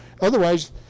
otherwise